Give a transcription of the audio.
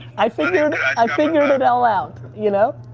i figured i figured it all out, you know?